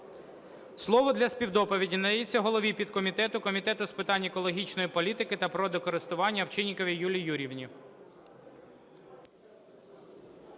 Слово для співдоповіді надається голові підкомітету Комітету з питань екологічної політики та природокористування Овчинниковій Юлії Юріївні.